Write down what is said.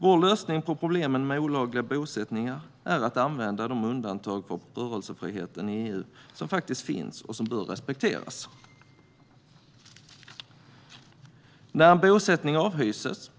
Vår lösning på problemen med olagliga bosättningar är att använda de undantag för rörelsefriheten i EU som faktiskt finns och som bör respekteras. När en bosättning avhyses